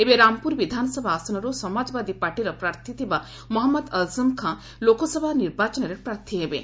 ଏବେ ରାମପୁର ବିଧାନସଭା ଆସନରୁ ସମାଜବାଦୀ ପାର୍ଟିର ପ୍ରାର୍ଥୀ ଥିବା ମହଜ୍ମଦ ଆଜମ୍ ଖାଁ ଲୋକସଭା ନିର୍ବାଚନରେ ପ୍ରାର୍ଥୀ ହେବେ